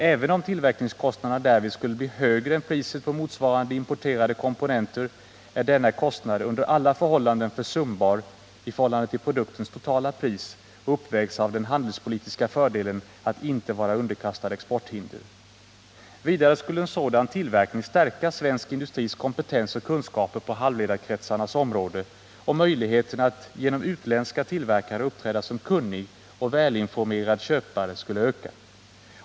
Även om tillverkningskostnaderna därvid skulle bli högre än priset på motsvarande importerade komponenter är denna kostnad under alla förhållanden försumbar i förhållande till produktens totala pris och uppvägs av den handelspolitiska fördelen att inte vara underkastad exporthinder. Vidare skulle en sådan tillverkning stärka svensk industris kompetens och kunskaper på halvledarkretsarnas område, och möjligheterna att gentemot utländska tillverkare uppträda som kunnig och välinformerad köpare skulle öka.